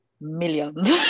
millions